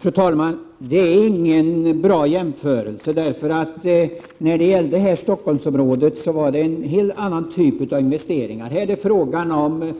Fru talman! Det är ingen bra jämförelse. När det gäller Stockholmsområdet var det en helt annan typ av investeringar. Här är det fråga om